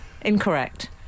Incorrect